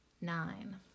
nine